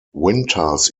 winters